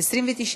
1 נתקבל.